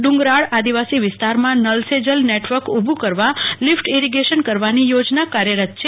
ડ્ગરાળ આદિવાસી વિસ્તારમાં નલ સે જલ નેટવર્ક ઉભું કરવા લીફટ ઈરીગેશન કરવાની યોજના કાર્યરત છે